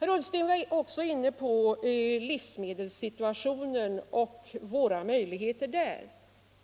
Herr Ullsten var också inne på livsmedelssituationen och våra möjligheter därvidlag.